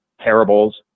parables